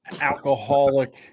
alcoholic